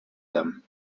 them